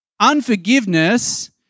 Unforgiveness